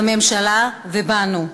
בממשלה ובנו,